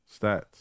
stats